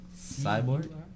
Cyborg